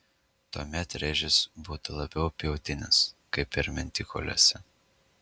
tuomet rėžis būtų labiau pjautinis kaip ir mentikauliuose